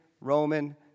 Roman